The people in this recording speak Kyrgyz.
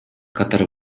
катар